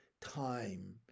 time